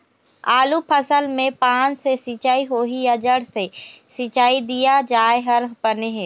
आलू फसल मे पान से सिचाई होही या जड़ से सिचाई दिया जाय हर बने हे?